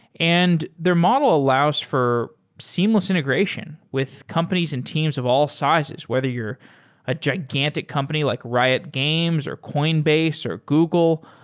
and their model allows for seamless integration with companies and teams of all sizes. whether you're a gigantic company like riot games, or coinbase, or google,